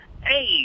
Hey